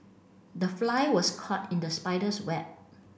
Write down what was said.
the fly was caught in the spider's web